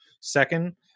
Second